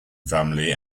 family